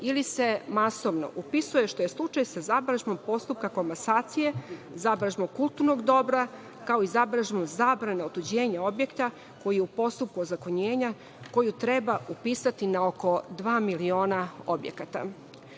ili se masovno upisuje što je slučaj sa zabeležbom postupka komasacije, zabeležba kulturnog dobra, kao i zabeležba zabrane otuđenja objekta koji je u postupku ozakonjenja koju treba upisati na oko dva miliona objekata. Rešenje